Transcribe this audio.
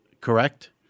correct